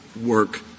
work